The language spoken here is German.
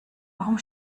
warum